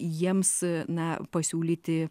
jiems na pasiūlyti